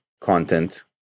content